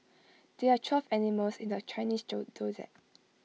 there are twelve animals in the Chinese zodiac